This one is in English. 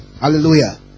Hallelujah